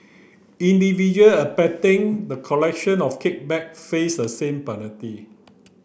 individual abetting the collection of kickback face the same penalty